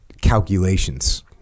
calculations